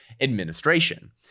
administration